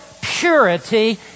purity